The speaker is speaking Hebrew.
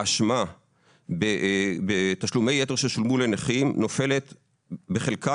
האשמה בתשלומי יתר ששולמו לנכים נופלת בחלקה,